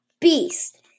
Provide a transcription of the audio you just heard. beast